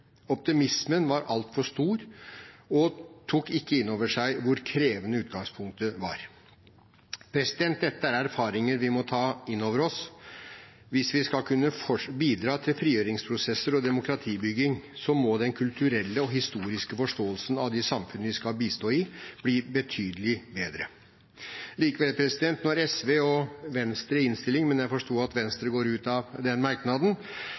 Optimismen var altfor stor og tok ikke inn over seg hvor krevende utgangspunktet var. Dette er erfaringer vi må ta inn over oss. Hvis vi skal kunne bidra til frigjøringsprosesser og demokratibygging, må den kulturelle og historiske forståelsen av de samfunnene vi skal bistå i, bli betydelig bedre. Likevel, når SV og Venstre i innstillingen – men jeg forsto at Venstre går ut av den merknaden